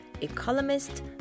economist